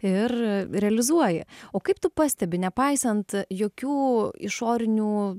ir realizuoji o kaip tu pastebi nepaisant jokių išorinių